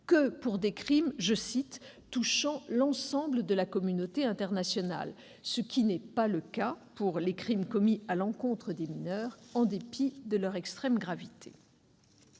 que pour les crimes « touchant l'ensemble de la communauté internationale », ce qui n'est pas le cas des crimes commis à l'encontre des mineurs, en dépit de leur extrême gravité.